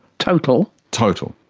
total? total.